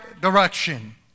direction